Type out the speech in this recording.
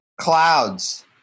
Clouds